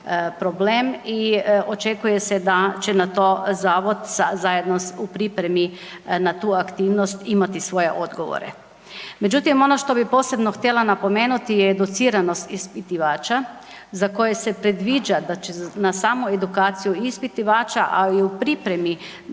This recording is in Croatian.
problem i očekuje se da će na to Zavod zajedno u pripremi na tu aktivnost imati svoje odgovore. Međutim, ono što bi posebno htjela napomenuti je educiranost ispitivača za koje se predviđa da će na samu edukaciju ispitivača, a i u pripremi